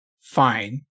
fine